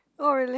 oh really